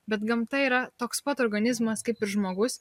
bet gamta yra toks pat organizmas kaip ir žmogus